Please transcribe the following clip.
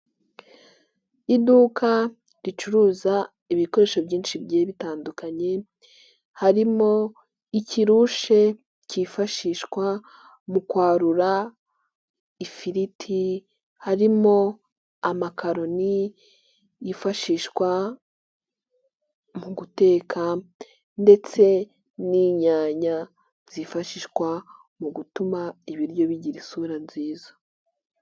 Iduka ricuruza ibikoresho byinshi byari bitandukanye, harimo ikirushe cyifashishwa mu kwarura ifiriti, harimo amakaroni yifashishwa mu guteka ndetse n'inyanya zifashishwa mu gutuma ibiryo bigira isura nziza.